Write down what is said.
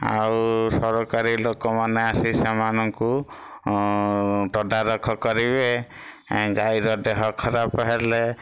ଆଉ ସରକାରୀ ଲୋକମାନେ ଆସି ସେମାନଙ୍କୁ ତଦାରଖ କରିବେ ଗାଈର ଦେହ ଖରାପ ହେଲେ